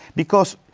because,